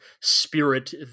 spirit